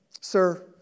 Sir